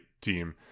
team